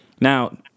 now